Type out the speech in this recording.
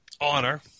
honor